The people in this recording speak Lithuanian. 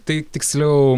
tai tiksliau